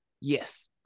Yes